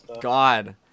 god